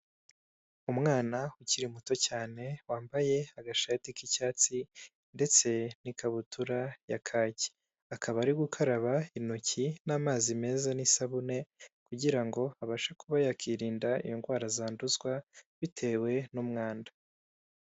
Umwana ukiri muto cyane wambaye agashati k'icyatsi ndetse n'ikabutura ya kaki, akaba ari gukaraba intoki n'amazi meza n'isabune kugira ngo abashe kuba yakirinda indwara zanduzwa bitewe n'umwanda.